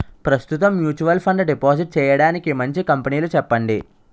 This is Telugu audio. ప్రస్తుతం మ్యూచువల్ ఫండ్ డిపాజిట్ చేయడానికి మంచి కంపెనీలు చెప్పండి